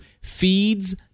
feeds